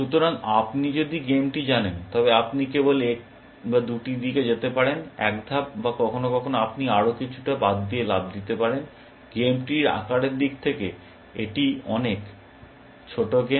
সুতরাং আপনি যদি গেমটি জানেন তবে আপনি কেবল এক বা দুটি দিকে যেতে পারেন এক ধাপ বা কখনও কখনও আপনি আরও কিছুটা বাদ দিয়ে লাফ দিতে পারেন গেম ট্রির আকারের দিক থেকে এটি একটি অনেক ছোট গেম